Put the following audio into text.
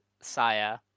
Saya